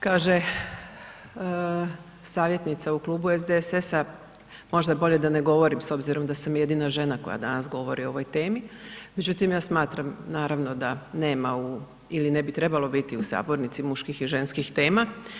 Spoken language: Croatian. Kaže savjetnica u klubu SDSS-a, možda bolje da ne govorimo s obzirom da sam jedina žena koja danas govori o ovoj temi, međutim ja smatram naravno da nema u ili ne bi trebalo biti u sabornici muških i ženskih tema.